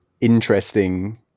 interesting